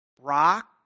rock